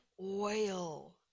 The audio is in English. oil